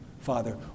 Father